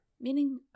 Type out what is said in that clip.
Meaning